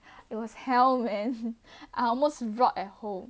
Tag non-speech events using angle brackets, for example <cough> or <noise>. it was hell man <breath> I almost rot at home